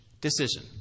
decision